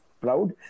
proud